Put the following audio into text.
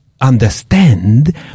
understand